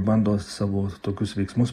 bando savo tokius veiksmus